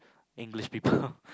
English people